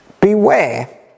Beware